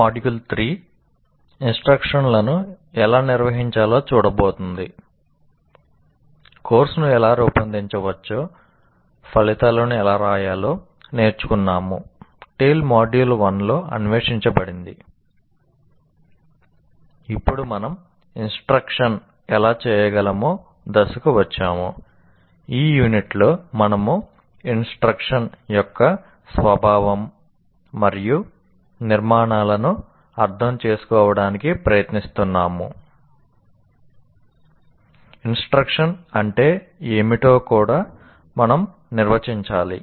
module 3 instruction అంటే ఏమిటో కూడా మనం నిర్వచించాలి